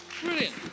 Brilliant